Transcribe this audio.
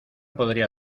podría